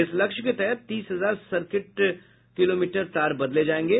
इस लक्ष्य के तहत तीस हजार सर्किट कीमी तार बदले जायेंगे